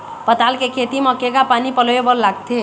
पताल के खेती म केघा पानी पलोए बर लागथे?